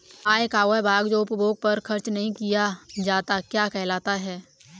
आय का वह भाग जो उपभोग पर खर्च नही किया जाता क्या कहलाता है?